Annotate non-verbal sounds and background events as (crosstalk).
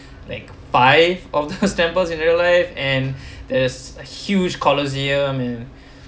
like five of those (laughs) temples in real life and that's a huge coliseum in